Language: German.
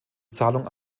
zahlung